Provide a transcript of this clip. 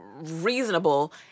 reasonable